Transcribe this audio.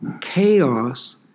chaos